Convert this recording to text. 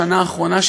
בשנה האחרונה,